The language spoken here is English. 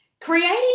Creating